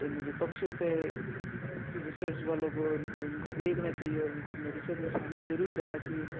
इन जो पक्षियों पे रिसर्च वालों को उनपे उनको देखना चाहिए और इनको अपने रिसर्च में शामिल जरूर करना चाहिए